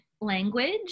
language